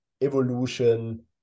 evolution